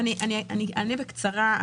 אענה בקצרה.